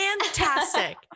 Fantastic